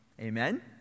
Amen